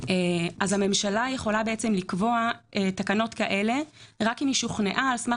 אז הממשלה יכולה בעצם לקבוע תקנות כאלה רק אם היא שוכנעה על סמך